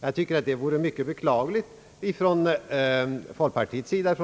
Jag tycker att någonting sådant vore mycket beklagligt. Från